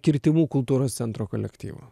kirtimų kultūros centro kolektyvu